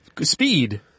Speed